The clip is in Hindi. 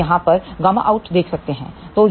हम यहाँ परƬOUT देख सकते हैं है